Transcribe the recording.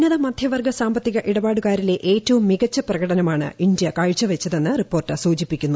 ഉന്നത മധ്യവർഗ്ഗ സാമ്പത്തിക ഇടപാടുകാരിലെ ഏറ്റവും മികച്ച പ്രകടനമാണ് ഇന്ത്യ കാഴ്ചവച്ചതെന്ന് റിപ്പോർട്ട് സൂചിപ്പിക്കുന്നു